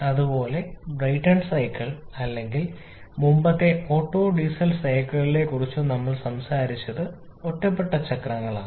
അതുപോലെ Brayton cycle അല്ലെങ്കിൽ മുമ്പത്തെ ഓട്ടോ ഡീസൽ സൈക്കിളുകളെക്കുറിച്ചും നമ്മൾ സംസാരിച്ചത് ഒറ്റപ്പെട്ട ചക്രങ്ങളാണ്